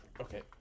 Okay